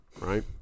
right